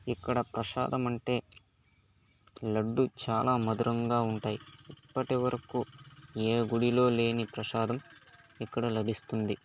ఇక్కడ ప్రసాదం అంటే లడ్డూ చాలా మధురంగా ఉంటాయి ఇప్పటివరకు ఏ గుడిలోలేని ప్రసాదం ఇక్కడ లభిస్తుంది